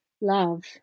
love